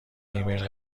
ایمیل